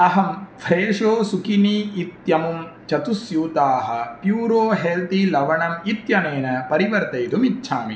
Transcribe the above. अहं फ़्रेशो सुकिनी इत्यमुं चतुस्स्यूताः प्यूरो हेल्ति लवणम् इत्यनेन परिवर्तयितुम् इच्छामि